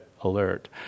alert